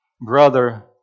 Brother